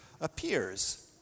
appears